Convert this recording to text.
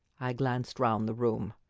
i glanced round the room.